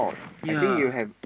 ya